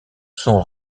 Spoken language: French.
sont